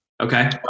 Okay